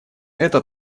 это